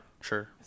Sure